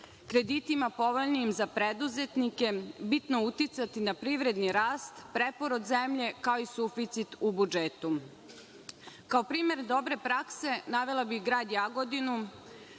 kreditima povoljnijim za preduzetnike bitno uticati na privredni rast, preporod zemlje, kao i suficit u budžetu. Kao primer dobre prakse, navela bih grad Jagodinu